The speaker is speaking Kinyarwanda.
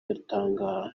yatangajwe